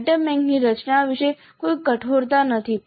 item બેંકની રચના વિશે કોઈ કઠોરતા નથી